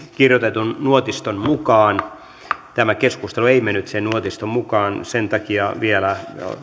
kirjoitetun nuotiston mukaan mutta keskustelu ei mennyt sen mukaan sen takia tämä kohta vielä